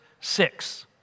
six